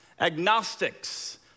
Agnostics